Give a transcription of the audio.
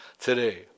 today